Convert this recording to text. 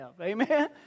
Amen